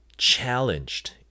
challenged